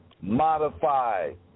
modified